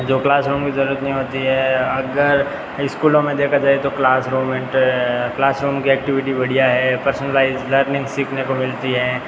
जो class room की ज़रूरत नहीं होती है अगर स्कूलों में देखा जाए तो क्लास रूमेट क्लासरूम की एक्टिविटी बढ़िया है पर्सनलाइज़ लर्निंग सीखने को मिलती है